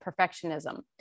perfectionism